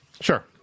Sure